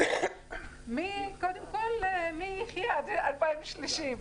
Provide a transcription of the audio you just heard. מי יחיה עד 2030?